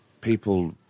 people